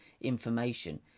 information